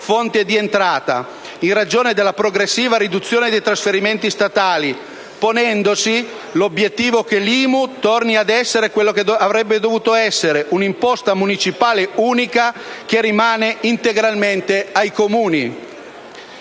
fonti di entrata, in ragione della progressiva riduzione dei trasferimenti statali, ponendosi l'obiettivo che l'IMU torni ad essere quella che avrebbe dovuto: un'imposta municipale unica che rimane integralmente ai Comuni.